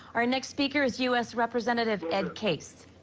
our next speaker is u s. representative ed case.